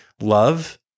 love